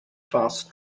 fast